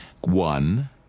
one